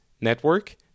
Network